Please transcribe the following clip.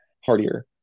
hardier